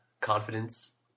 confidence